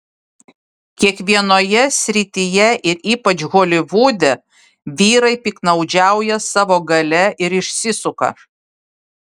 kiekvienoje srityje ir ypač holivude vyrai piktnaudžiauja savo galia ir išsisuka